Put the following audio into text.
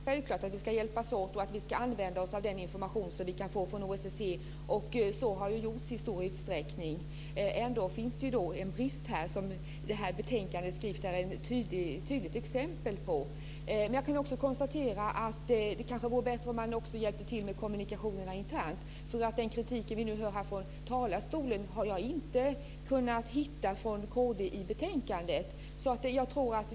Fru talman! Det är självklart att vi ska hjälpas åt och använda oss av den information vi kan få från OSSE. Det har gjorts i stor utsträckning. Ändå finns en tydlig brist i betänkandet. Det kanske också vore bra om man hjälpte till med kommunikationerna internt. Den kritik vi nu hör från talarstolen har jag inte kunnat hitta från kd i betänkandet.